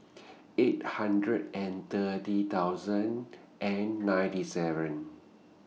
eight hundred and thirty thousand and ninety seven